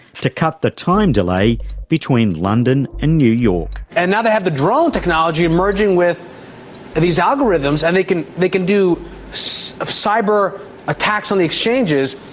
to cut the time delay between london and new york. and now they have the drone technology emerging with these algorithms and they can they can do sort of cyber attacks on the exchanges,